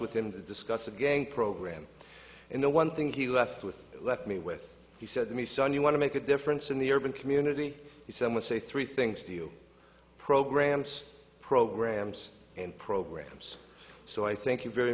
with him to discuss the gang program and the one thing he left with left me with he said to me son you want to make a difference in the urban community he said would say three things deal programs programs and programs so i thank you very